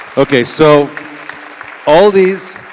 ok, so all these